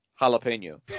jalapeno